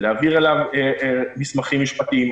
להעביר אליו מסמכים משפטיים.